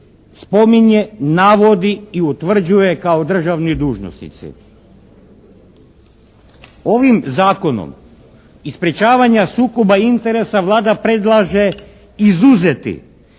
spominje, navodi i utvrđuje kao državni dužnosnici. Ovim Zakonom iz sprječavanja sukoba interesa Vlada predlaže izuzeti